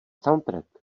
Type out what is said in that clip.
soundtrack